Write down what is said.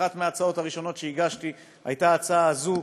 אחת מההצעות הראשונות שהגשתי הייתה ההצעה הזאת.